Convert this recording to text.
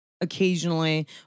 occasionally